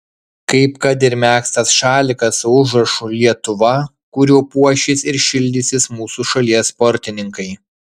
kaip kad ir megztas šalikas su užrašu lietuva kuriuo puošis ir šildysis mūsų šalies sportininkai